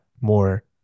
more